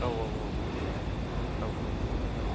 औ औ औ जागोन